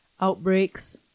outbreaks